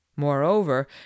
Moreover